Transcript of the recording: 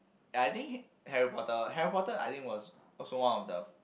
ya I think Harry-Potter Harry-Potter I think was also one of the